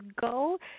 go